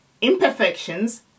imperfections